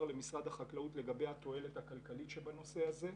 למשרד החקלאות לגבי התועלת הכלכלית שבנושא הזה.